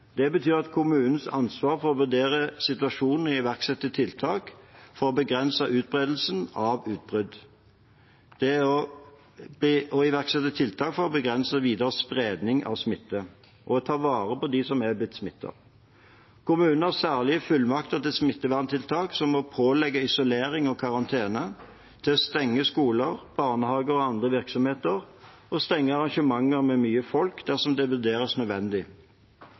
Det betyr at det er kommunens ansvar å vurdere situasjonen og iverksette tiltak for å begrense utbredelsen av et utbrudd, iverksette tiltak for å begrense videre spredning av smitte og ta vare på dem som er blitt smittet. Kommunene har særlige fullmakter til smitteverntiltak som å pålegge isolering og karantene, stenge skoler, barnehager og andre virksomheter og stenge arrangementer med mye folk dersom det vurderes som nødvendig.